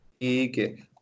Okay